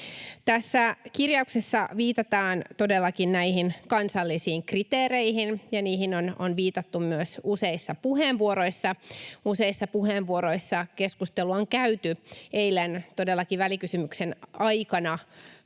Tässä kirjauksessa viitataan todellakin näihin kansallisiin kriteereihin, ja niihin on viitattu myös useissa puheenvuoroissa. Useissa puheenvuoroissa keskustelua on käyty todellakin eilen välikysymyksen aikana